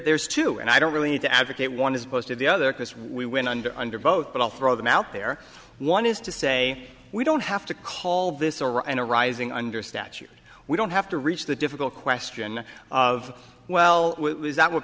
there's two and i don't really need to advocate one as opposed to the other because we win under under both but i'll throw them out there one is to say we don't have to call this or an a rising under statute we don't have to reach the difficult question of well that w